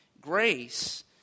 Grace